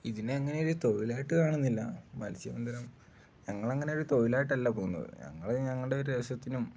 ഇതിനെ അങ്ങനെയൊരു തൊഴിലായിട്ടു കാണുന്നില്ല മത്സ്യബന്ധനം ഞങ്ങളങ്ങനൊരു തൊഴിലായിട്ടല്ല പോകുന്നത് ഞങ്ങള് ഞങ്ങളുടെ രസത്തിനും